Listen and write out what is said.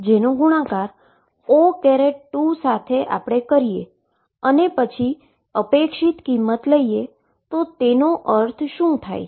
જેનો ગુણાકાર O2સાથે કરીએ અને પછી અપેક્ષિત કિંમત લઈએ તેનો અર્થ શું થાય